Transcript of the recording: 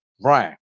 Brian